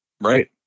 right